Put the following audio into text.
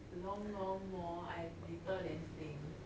long long more I later then think